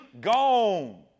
gone